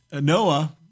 Noah